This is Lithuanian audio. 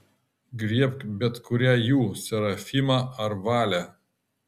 griebk bet kurią jų serafimą ar valę